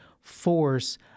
force